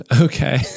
Okay